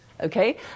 Okay